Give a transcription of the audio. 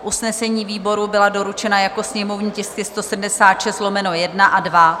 Usnesení výboru byla doručena jako sněmovní tisky 176/1 a 2.